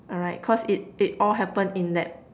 alright cause it it all happened in that